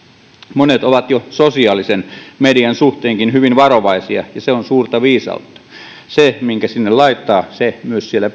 monet ovat jo sosiaalisen mediankin suhteen hyvin varovaisia ja se on suurta viisautta se minkä sinne laittaa siellä